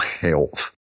health